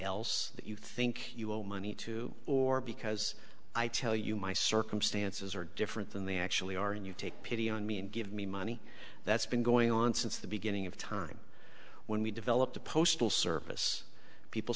else that you think you owe money to or because i tell you my circumstances are different than they actually are and you take pity on me and give me money that's been going on since the beginning of time when we developed a postal service people